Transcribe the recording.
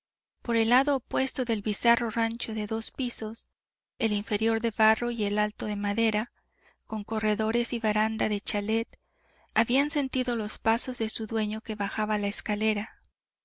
por el lado opuesto del bizarro rancho de dos pisos el inferior de barro y el alto de madera con corredores y baranda de chalet habían sentido los pasos de su dueño que bajaba la escalera